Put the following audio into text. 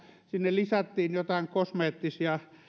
sinne lisättiin joitain kosmeettisia